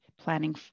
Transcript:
planning